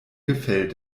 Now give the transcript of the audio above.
gefällt